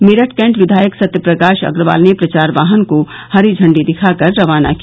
Meerut cantt विधायक सत्य प्रकाश अग्रवाल ने प्रचार वाहन को हरी झंडी दिखा कर रवाना किया